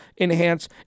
enhance